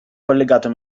collegato